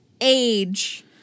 age